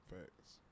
Facts